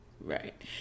Right